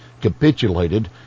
capitulated